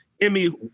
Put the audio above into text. Emmy